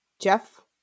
Jeff